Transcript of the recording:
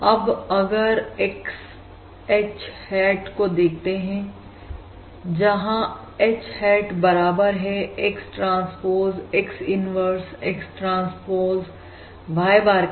अब आप अगर X H hat को देखते हैं जहां H hat बराबर है X transpose X inverse X transpose Y bar के